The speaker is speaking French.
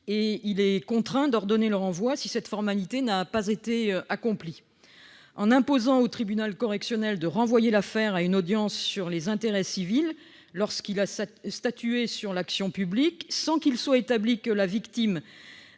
et il est contraint d'ordonner le renvoi si cette formalité n'a pas été accomplie. En imposant au tribunal correctionnel de renvoyer l'affaire à une audience sur les intérêts civils lorsqu'il a statué sur l'action publique, sans qu'il soit établi que la victime